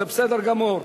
זה בסדר גמור.